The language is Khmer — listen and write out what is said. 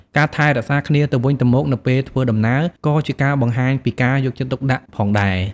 ការថែរក្សាគ្នាទៅវិញទៅមកនៅពេលធ្វើដំណើរក៏ជាការបង្ហាញពីការយកចិត្តទុកដាក់ផងដែរ។